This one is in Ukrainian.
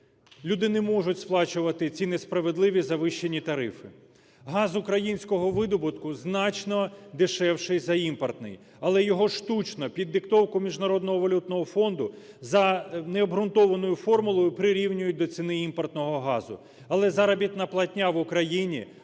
Люди не можуть сплачувати ці несправедливі завищені тарифи. Газ українського видобутку значно дешевший за імпортний, але його штучно під диктовку Міжнародного валютного фонду за необґрунтованою формулою прирівнюють до ціни імпортного газу. Але заробітна платня в Україні